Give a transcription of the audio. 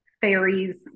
fairies